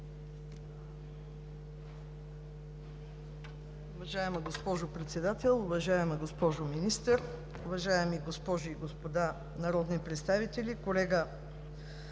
Уважаема госпожо Председател, уважаема госпожо Министър, уважаеми госпожи и господа народни представители! Колега